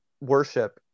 worship